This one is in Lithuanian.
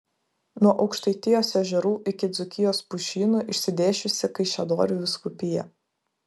nuo aukštaitijos ežerų iki dzūkijos pušynų išsidėsčiusi kaišiadorių vyskupija